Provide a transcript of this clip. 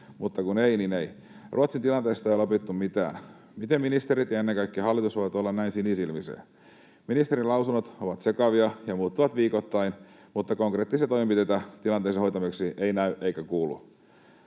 Mutta kun ei, niin ei. Ruotsin tilanteesta ei olla opittu mitään. Miten ministerit ja ennen kaikkea hallitus voivat olla näin sinisilmäisiä? Ministerin lausunnot ovat sekavia ja muuttuvat viikoittain, mutta konkreettisia toimenpiteitä tilanteen hoitamiseksi ei näy eikä kuulu.